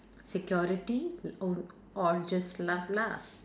security o~ or just love lah